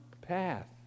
path